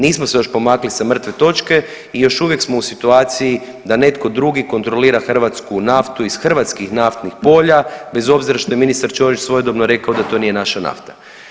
Nismo se još pomakli s mrtve točke i još uvijek smo u situaciji da netko drugi kontrolira hrvatsku naftu iz hrvatskih naftnih polja bez obzira što je ministar Ćorić svojedobno rekao da to nije naša nafta.